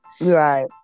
Right